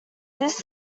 this